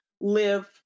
live